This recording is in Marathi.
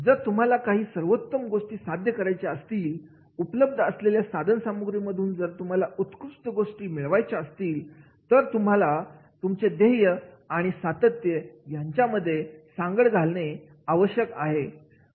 जर तुम्हाला काही सर्वोत्तम गोष्टी साध्य करायच्या असतील उपलब्ध असलेल्या साधनसामग्री मधून जर तुम्हाला उत्कृष्ट गोष्टी मिळवायचे असतील तर तुम्हाला तुमचे ध्येय आणि सातत्य यांची सांगड घालणं आवश्यक आहे